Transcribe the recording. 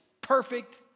perfect